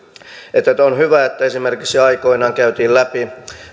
on hyvä että esimerkiksi aikoinaan käytiin läpi